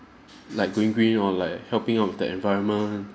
like going green or like helping out with the environment